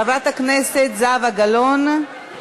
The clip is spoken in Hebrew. חברת הכנסת זהבה גלאון.